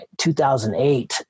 2008